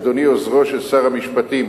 אדוני, עוזרו של שר המשפטים,